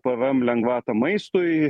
pvm lengvatą maistui